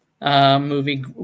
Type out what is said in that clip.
movie